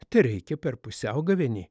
tereikia per pusiaugavėnį